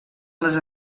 les